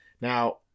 Now